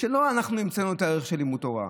לא אנחנו המצאנו את הערך של לימוד תורה.